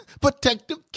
protective